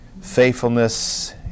faithfulness